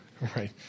right